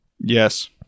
yes